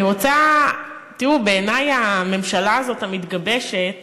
תראו, בעינַי הממשלה המתגבשת